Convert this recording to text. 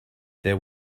there